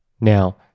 Now